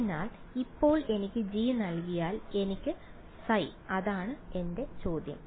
അതിനാൽ ഇപ്പോൾ എനിക്ക് g നൽകിയാൽ എന്താണ് ϕ അതാണ് എന്റെ ചോദ്യം